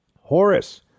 Horace